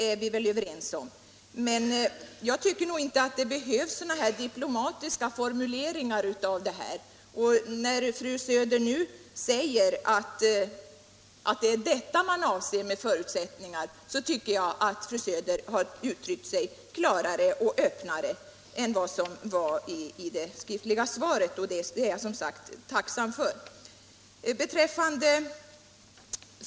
Men jag tycker inte att det behövs så diplomatiska formuleringar. När fru Söder nu förklarar vad hon menar tycker jag att hon uttrycker sig klarare och öppnare än i det skriftliga svaret, och det är jag tacksam för.